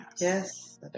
Yes